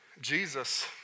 Jesus